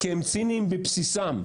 כי הם ציניים בבסיסם,